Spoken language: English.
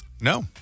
No